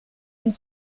une